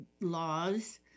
laws